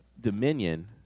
dominion